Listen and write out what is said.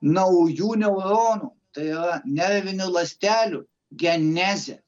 naujų neuronų tai yra nervinių ląstelių genezę